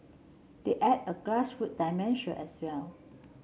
they add a grassroot dimension as well